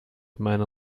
minor